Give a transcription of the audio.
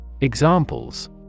Examples